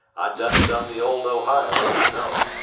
i done it on the old ohio, i know.